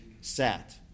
sat